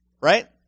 right